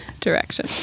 direction